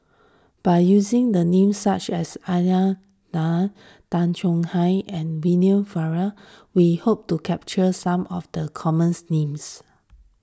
by using the names such as Aisyah Lyana Tay Chong Hai and William Farquhar we hope to capture some of the commons names